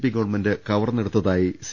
P government കവർന്നെടുത്തതായി C